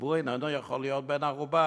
הציבור איננו יכול להיות בן-ערובה.